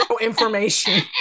information